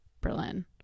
Berlin